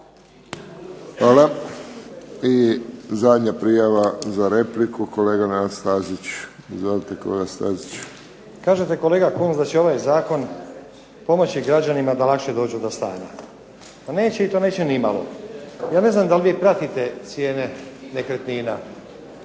Hvala. I zadnja prijava za repliku, kolega Nenad Stazić. Izvolite, kolega Stazić. **Stazić, Nenad (SDP)** Kažete kolega Kunst da će ovaj zakon pomoći građanima da lakše dođu do stana. Pa neće i to neće nimalo. Ja ne znam dal vi pratite cijene nekretnina,